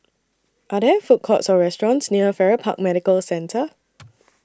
Are There Food Courts Or restaurants near Farrer Park Medical Centre